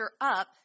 up